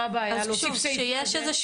מה הבעיה להוסיף סעיף כזה?